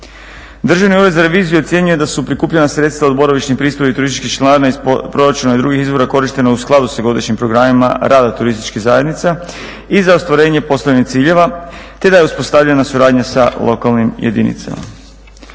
Državni ured za reviziju ocjenjuje da su prikupljena sredstva od boravišnih pristojbi i turističkih članarina iz proračuna i drugih izvora korištena u skladu s godišnjim programima rada turističkih zajednica i za ostvarenje poslovnih ciljeva te da je uspostavljena suradnja sa lokalnim jedinicama.